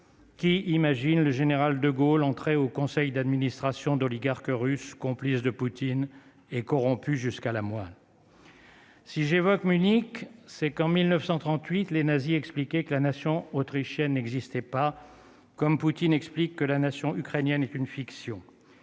Qui imagine le général De Gaulle, entré au conseil d'administration d'oligarques russes complice de Poutine et corrompue jusqu'à la moelle. Si j'évoque Münich c'est qu'en 1938 les nazis expliqué que la nation autrichienne n'existait pas comme Poutine explique que la nation ukrainienne est une fiction,